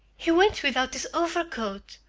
he went without his overcoat,